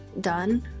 done